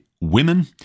women